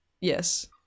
yes